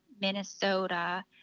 Minnesota